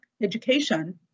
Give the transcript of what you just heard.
education